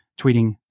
tweeting